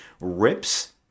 rips